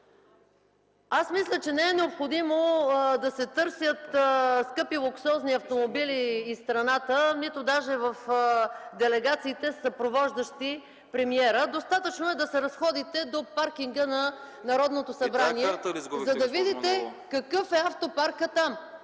Аз мисля, че не е необходимо да се търсят скъпи луксозни автомобили из страната, нито даже в делегациите, съпровождащи премиера. Достатъчно е да се разходите до паркинга на Народното събрание, за да видите какъв е автопаркът там.